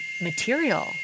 material